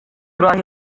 turaho